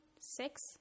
Six